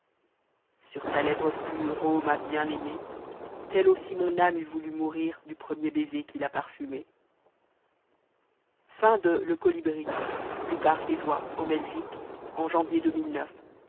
sur ta m'vre parc ô ma hïcm a mée teme amsst mon âme eat vonht mourir tht premier baiser jn t'a parfumée